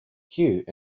hugh